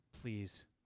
Please